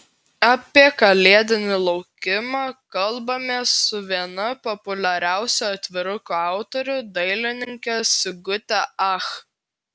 apie kalėdinį laukimą kalbamės su viena populiariausių atvirukų autorių dailininke sigute ach